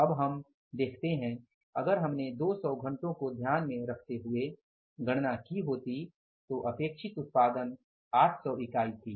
अब हम देखते हैं अगर हमने 200 घंटों को ध्यान में रखते हुए गणना की होती तो अपेक्षित उत्पादन 800 इकाई थी